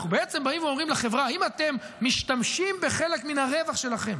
אנחנו בעצם באים ואומרים לחברה: אם אתם משתמשים בחלק מן הרווח שלכם